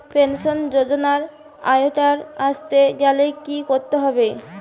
Pension যজোনার আওতায় আসতে গেলে কি করতে হবে?